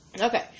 Okay